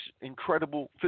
incredible